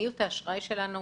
מדיניות האשראי שלנו